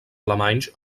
alemanys